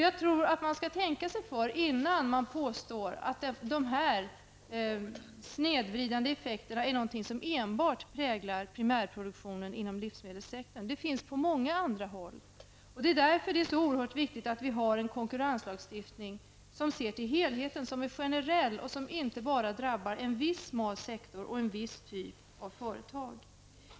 Jag tror att man skall tänka sig för innan man påstår att de här snedvridande effekterna enbart präglar primärproduktionen inom livsmedelssektorn. Det förekommer på många andra håll. Det är därför så oerhört viktigt att vi har en konkurrenslagstiftning som ser till helheten, som är generell och som inte bara drabbar en viss smal sektor och en viss typ av företag.